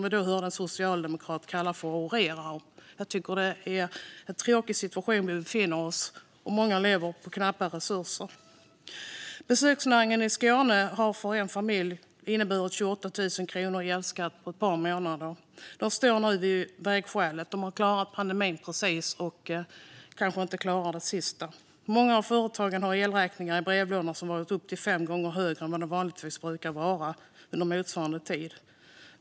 Vi hörde en socialdemokrat kalla detta för orerande. Jag tycker att det är en tråkig situation vi befinner oss i, och många lever på knappa resurser. En familj inom besöksnäringen i Skåne har på ett par månader fått 28 000 kronor i elskatt. De står nu vid ett vägskäl. De har precis klarat pandemin men kanske inte klarar det sista. Många av företagen har fått elräkningar i brevlådan som varit upp till fem gånger högre än vad de vanligtvis brukar vara under motsvarande tid.